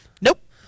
Nope